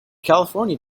california